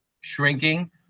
Shrinking